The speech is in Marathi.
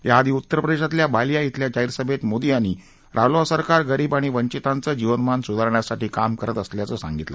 त्याआधी उत्तर प्रदेशातल्या बालीया बिल्या जाहिरसभेत मोदी यांनी रालोआ सरकार गरीब आणि वंचिताचं जीवनमान सुधारण्यासाठी काम करत असल्याचं त्यांनी सांगितलं